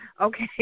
Okay